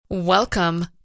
Welcome